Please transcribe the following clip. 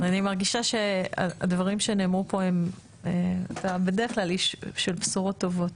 בדרך כלל אתה איש של בשורות טובות.